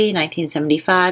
1975